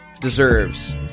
deserves